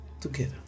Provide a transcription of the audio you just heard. together